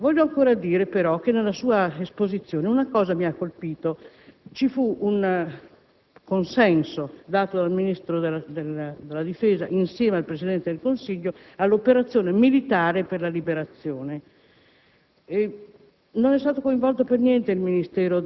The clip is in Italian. Parlamento non ha approvato. Voglio ancora dire, però, che nella sua esposizione una cosa mi ha colpito: ci fu un consenso dato dal Ministro della difesa, insieme al Presidente del Consiglio, all'operazione militare per la liberazione.